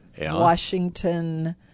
Washington